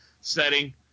setting